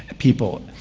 people?